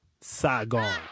Saigon